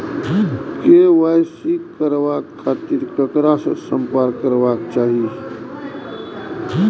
KYC कराबे के खातिर ककरा से संपर्क करबाक चाही?